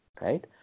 right